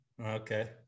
Okay